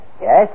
Yes